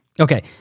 okay